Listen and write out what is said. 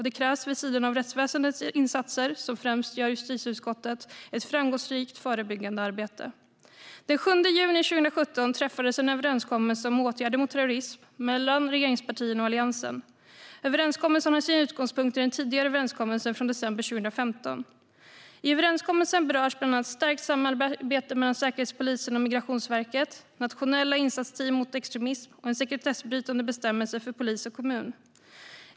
Det krävs, vid sidan av rättsväsendets insatser, som främst rör justitieutskottet, ett framgångsrikt förebyggande arbete. Den 7 juni 2017 träffades en överenskommelse om åtgärder mot terrorism mellan regeringspartierna och Alliansen. Överenskommelsen har sin utgångspunkt i den tidigare överenskommelsen från december 2015. I överenskommelsen berörs bland annat stärkt samarbete mellan Säkerhetspolisen och Migrationsverket, nationella insatsteam mot extremism och en sekretessbrytande bestämmelse för polis och kommun.